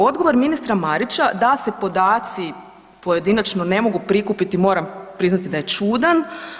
Odgovor ministra Marića da se podaci pojedinačno ne mogu prikupiti, moram prihvati da je čudan.